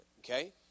okay